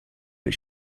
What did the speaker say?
but